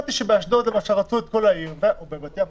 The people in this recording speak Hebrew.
שמעתי שבאשדוד למשל רצו את כל העיר או בבת ים,